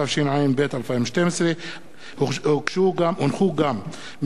התשע"ב 2012. לקריאה ראשונה,